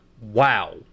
Wow